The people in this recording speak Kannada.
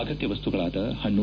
ಅಗತ್ಯ ವಸ್ತುಗಳಾದ ಪಣ್ಣು